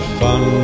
fun